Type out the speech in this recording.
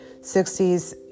60s